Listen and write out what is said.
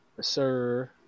Sir